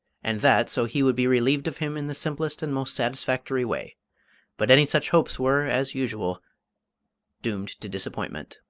and that so he would be relieved of him in the simplest and most satisfactory way but any such hopes were as usual doomed to disappointment.